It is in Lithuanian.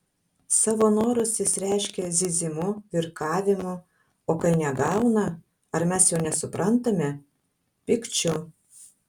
savo norus jis reiškia zyzimu virkavimu o kai negauna ar mes jo nesuprantame pykčiu